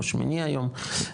או שמיני היום,